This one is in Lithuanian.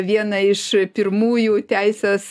vieną iš pirmųjų teisės